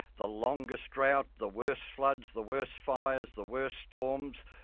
the longest drought, the worst floods, the worst fires, the worst storms,